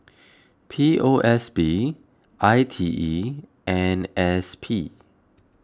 P O S B I T E and S P